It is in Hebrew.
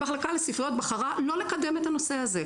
המחלקה לספריות בחרה לא לקדם את הנושא הזה.